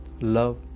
love